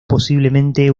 posiblemente